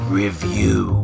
review